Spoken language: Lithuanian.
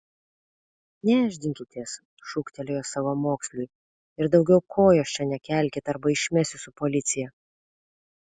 nešdinkitės šūktelėjo savamoksliui ir daugiau kojos čia nekelkit arba išmesiu su policija